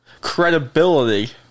credibility